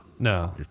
No